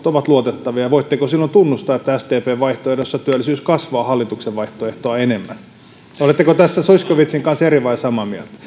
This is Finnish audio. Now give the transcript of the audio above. ovat luotettavia ja voitteko silloin tunnustaa että sdpn vaihtoehdossa työllisyys kasvaa hallituksen vaihtoehtoa enemmän oletteko tässä zyskowiczin kanssa eri vai samaa mieltä